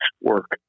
work